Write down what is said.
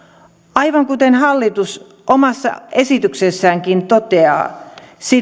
aivan kuten hallitus omassa esityksessäänkin toteaa